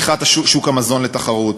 פתיחת שוק המזון לתחרות,